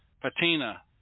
Patina